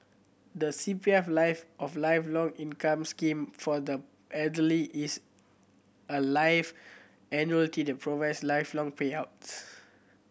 the C P F Life of Lifelong Income Scheme for the Elderly is a life annuity that provides lifelong payouts